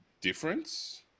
difference